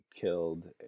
killed